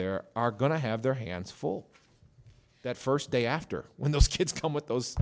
there are going to have their hands full that first day after when those kids come with those